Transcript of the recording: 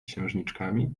księżniczkami